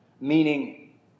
Meaning